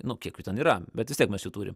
nu kiek jų ten yra bet vis tiek mes jų turim